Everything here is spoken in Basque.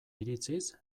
iritziz